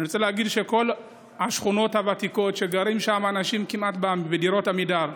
אני רוצה להגיד שכל השכונות הוותיקות שגרים שם אנשים בדירות עמידר,